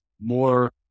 more